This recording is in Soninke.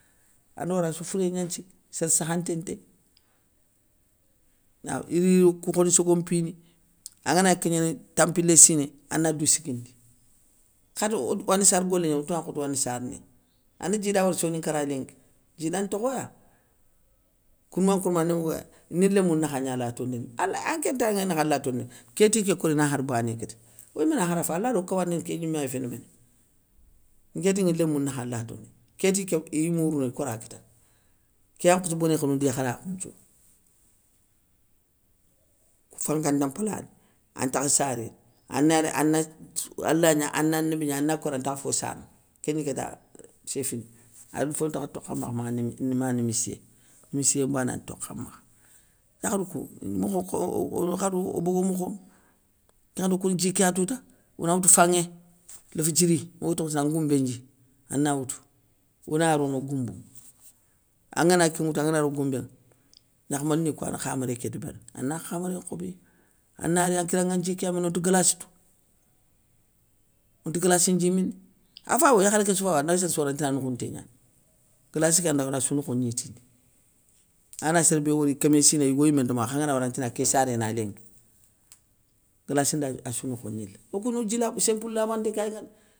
Ande wori assou fouré gna nthiki, sér sakhanté ntéy, na iriro kou khone sogon mpini, angana gni kignéné tampilé siné, ana dou siguindi, khade onte wande sara golé gna oto ya nkhote wande saraninŋa, ane djida wori soninkaray lénki, djida ntakhoya, kourma nkourma ani mougouya ni lémou nakha gna latondini, ane ankénŋa nakha latondini, kéti ké kori khar na bané kita, oyimé na khar a fayi allah do kawandini kégnimé yaye fina méné, nké ti ni lémou nakha latondini, ké ti ké iy mourounou ikora kitana, kéya nkhossi boné khénoundi yakharakhoussou nthiouya. Kou fankanta pla ni, antakha saréné, anari ana allah gna ana anabi gna ana kori antakha fo sarana, kégni kéta sé fini adou fontakha tokhamakha ma nimi ma nimissiyé, nimissiyé mbana ntokha makha. Yakharou kou imakh orokharou bogo mokhonŋa, kén nŋwakhati okouni dji kéya tou ta, ona woutou fanŋé léfdjiri, mogue tokh tinan an ngoumbé ndji, ana woutou ona rono o goumbounŋa, angana kén ŋwoutou angana ro goumbéŋa, gnakhmalni kouya ni khaméré ké débérini, ana khaméré nkhobiya, ana réy an nkiranŋa an ndji kéya mini onte glassi tou, onte glassi ndji mini, afay wo yakharé késsou fay wo anda séréssou wori antina noukhounté gnani, glassi kéya ndaga nassou nokho gnitindi, angana sér bé wori kémé siné yigo yimé nti makha kha anga na wori antina ké saréna lénki, glassi ndassou nokho gnila, okou no dji labe simplou labanté kéya yigana.